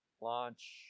launch